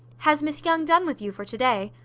has miss young done with you for to-day?